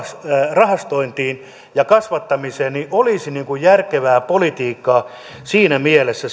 rahastointiin ja kasvattamiseen se olisi järkevää politiikkaa siinä mielessä